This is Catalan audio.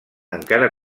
encara